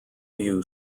view